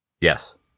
Yes